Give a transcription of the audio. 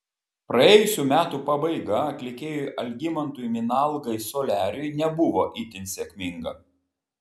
praėjusių metų pabaiga atlikėjui algimantui minalgai soliariui nebuvo itin sėkminga